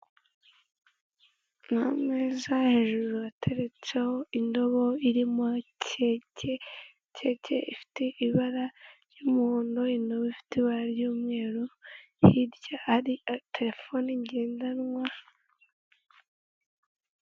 Ni ameza, hejuru ateretseho indobo irimo keke, keke ifite ibara ry'umuhondo, indobo ifite ibara ry'umweru, hirya hari telefone ngendanwa.